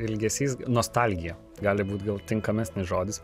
ilgesys nostalgija gali būt gal tinkamesnis žodis